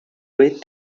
wait